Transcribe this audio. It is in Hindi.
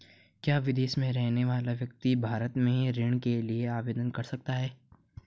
क्या विदेश में रहने वाला व्यक्ति भारत में ऋण के लिए आवेदन कर सकता है?